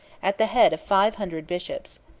at the head of five hundred bishops.